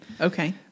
Okay